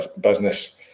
business